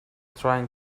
trying